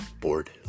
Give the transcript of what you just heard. bored